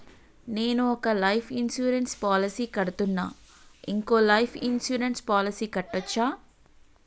నేను ఒక life insurance policy కడ్తున్నా, ఇంకో లైఫ్ ఇన్సూరెన్స్ పాలసీ కట్టొచ్చా?